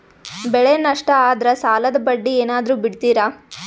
ಬೆಳೆ ನಷ್ಟ ಆದ್ರ ಸಾಲದ ಬಡ್ಡಿ ಏನಾದ್ರು ಬಿಡ್ತಿರಾ?